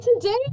today